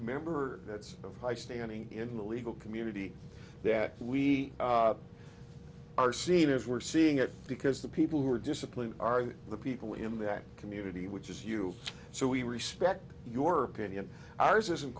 member that's of high standing in the legal community that we are seen as we're seeing it because the people who are disciplined are the people in that community which is you so we respect your opinion ours isn't